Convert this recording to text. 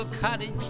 cottage